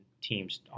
teams